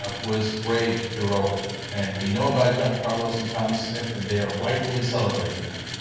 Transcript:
ah was brave, heroic, and we know about john carlos and tommie smith and they are rightfully celebrated now.